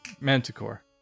Manticore